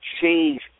change